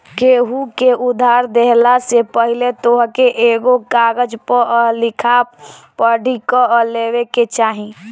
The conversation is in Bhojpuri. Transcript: केहू के उधार देहला से पहिले तोहके एगो कागज पअ लिखा पढ़ी कअ लेवे के चाही